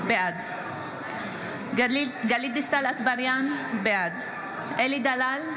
בעד גלית דיסטל אטבריאן, בעד אלי דלל,